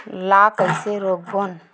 ला कइसे रोक बोन?